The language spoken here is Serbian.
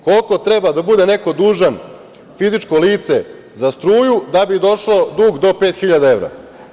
Koliko treba da bude neko dužan, fizičko lice, za struju da bi došao dug do pet hiljada?